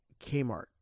Kmart